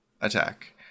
attack